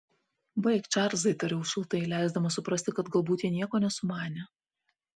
baik čarlzai tariau šiltai leisdamas suprasti kad galbūt jie nieko nesumanė